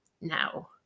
now